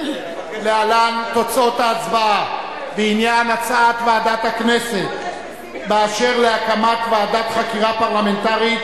להלן תוצאות ההצבעה בעניין הצעת ועדת הכנסת בדבר הקמת ועדת חקירה פרלמנטרית